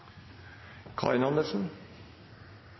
Karin Andersen